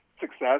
success